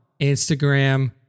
instagram